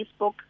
Facebook